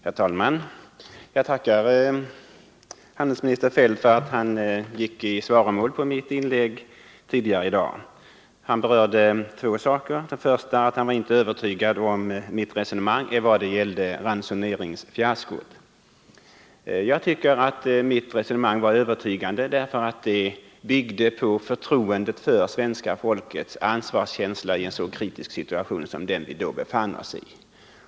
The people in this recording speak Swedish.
Herr talman! Jag tackar handelsminister Feldt för att han gick i svaromål på mitt inlägg tidigare i dag. Han berörde två saker. Först och främst var han inte övertygad om mitt resonemang när det gällde ransoneringsfiaskot. Jag tycker mitt resonemang var övertygande, därför att det byggde på förtroendet för svenska folket i en så kritisk situation.